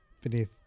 beneath